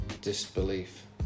disbelief